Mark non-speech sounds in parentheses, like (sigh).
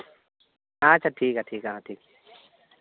ᱟᱪᱪᱷᱟ ᱴᱷᱤᱠ ᱜᱮᱭᱟ ᱴᱷᱤᱠ (unintelligible)